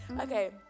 Okay